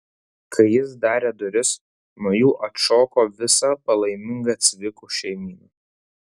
kai jis darė duris nuo jų atšoko visa palaiminga cvikų šeimyna